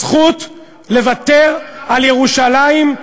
זכות לוותר על ירושלים,